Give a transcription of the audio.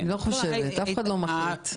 אף אחד לא מכריח.